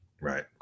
Right